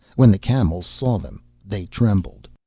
when the camels saw them they trembled.